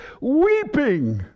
weeping